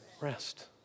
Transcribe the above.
Rest